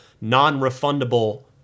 non-refundable